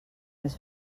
més